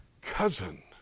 cousin